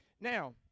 Now